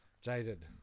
Jaded